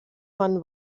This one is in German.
man